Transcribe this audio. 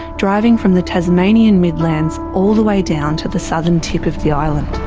driving from the tasmanian midlands all the way down to the southern tip of the island.